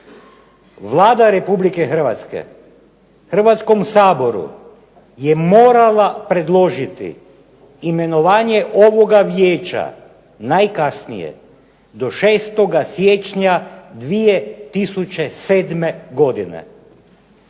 Vlada Republike Hrvatske Hrvatskom saboru je morala predložiti imenovanje ovoga vijeća najkasnije do 6. siječnja 2007. godine.